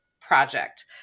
project